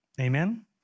Amen